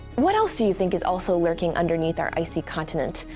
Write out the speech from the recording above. what else do you think is also lurking and beneath our icy continent.